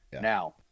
Now